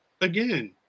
again